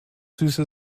süße